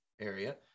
area